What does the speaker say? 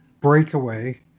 breakaway